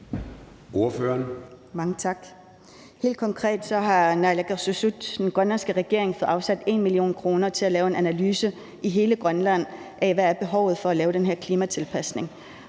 Helt konkret har naalakkersuisut, den grønlandske regering, fået afsat 1 mio. kr. til at lave en analyse i hele Grønland af, hvad behovet er for at lave den her klimatilpasning,